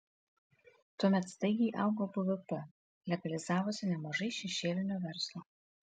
tuomet staigiai augo bvp legalizavosi nemažai šešėlinio verslo